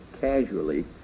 casually